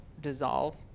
dissolve